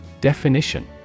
Definition